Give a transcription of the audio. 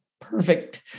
perfect